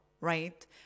right